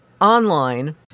online